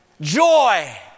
joy